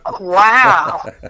Wow